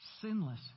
Sinless